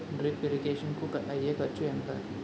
Drip irrigation కూ అయ్యే ఖర్చు ఎంత?